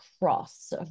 cross